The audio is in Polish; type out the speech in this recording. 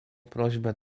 prośbę